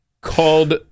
called